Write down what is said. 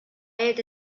ate